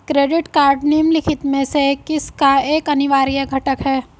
Credit card निम्नलिखित में से किसका एक अनिवार्य घटक है?